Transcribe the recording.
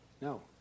No